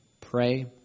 Pray